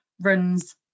runs